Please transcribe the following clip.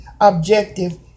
objective